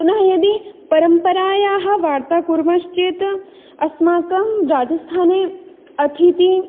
पुनः यदि परम्परायाः वार्तां कुर्मश्चेत् अस्माकं राजस्थाने अतिथि